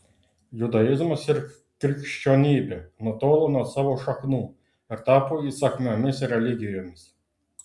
judaizmas ir krikščionybė nutolo nuo savo šaknų ir tapo įsakmiomis religijomis